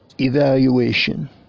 evaluation